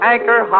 Anchor